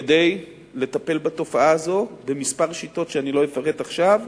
כדי לטפל בתופעה הזו בכמה שיטות שאני לא אפרט עכשיו,